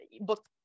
book